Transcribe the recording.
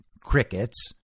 crickets